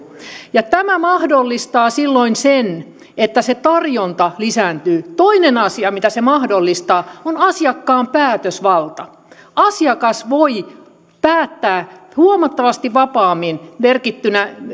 ja tämä mahdollistaa silloin sen että se tarjonta lisääntyy toinen asia mitä se mahdollistaa on asiakkaan päätösvalta asiakas voi päättää huomattavasti vapaammin